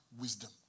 Wisdom